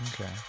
Okay